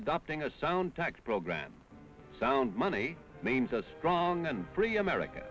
adopting a sound tax program sound money means a strong and free america